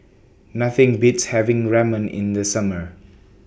Nothing Beats having Ramen in The Summer